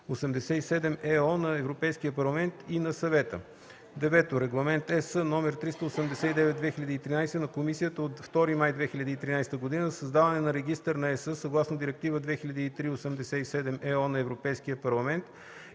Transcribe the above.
2003/87/ЕО на Европейския парламент и на Съвета; 9. Регламент (ЕС) № 389/2013 на Комисията от 2 май 2013 г. за създаване на Регистър на ЕС съгласно Директива 2003/87/ЕО на Европейския парламент